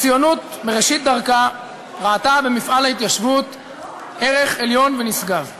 הציונות מראשית דרכה ראתה במפעל ההתיישבות ערך עליון ונשגב.